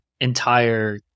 entire